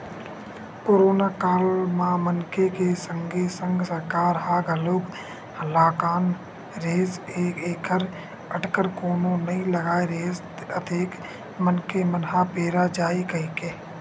करोनो काल म मनखे के संगे संग सरकार ह घलोक हलाकान रिहिस हे ऐखर अटकर कोनो नइ लगाय रिहिस अतेक मनखे मन ह पेरा जाही कहिके